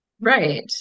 Right